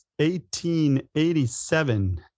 1887